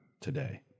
today